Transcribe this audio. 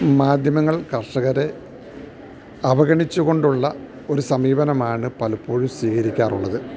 മാധ്യമങ്ങൾ കർഷകരെ അവഗണിച്ചുകൊണ്ടുള്ള ഒരു സമീപനമാണു പലപ്പോഴും സ്വീകരിക്കാറുള്ളത്